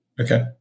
okay